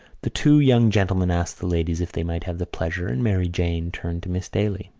the two young gentlemen asked the ladies if they might have the pleasure, and mary jane turned to miss daly.